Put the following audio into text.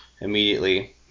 immediately